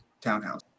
townhouse